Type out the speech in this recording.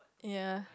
ya